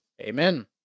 Amen